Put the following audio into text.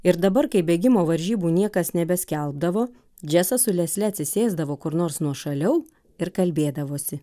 ir dabar kai bėgimo varžybų niekas nebeskelbdavo džesas su lesle atsisėsdavo kur nors nuošaliau ir kalbėdavosi